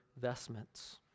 vestments